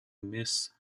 miss